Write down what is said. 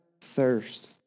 thirst